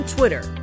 Twitter